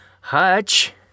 Hutch